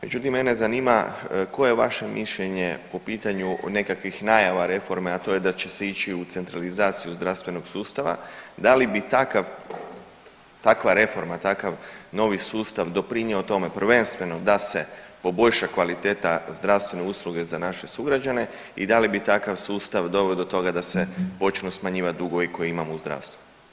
Međutim mene zanima koje je vaše mišljenje po pitanju nekakvih najava reforme, a to je da će se ići u centralizaciju zdravstvenog sustava, da li bi takav, takva reforma, takav novi sustav doprinio tome prvenstveno da se poboljša kvaliteta zdravstvene usluge za naše sugrađane i da li bi takav sustav doveo do toga da se počnu smanjivat dugovi koje imamo u zdravstvu?